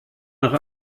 nach